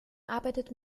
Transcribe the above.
arbeitet